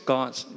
God's